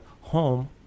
Home